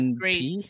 great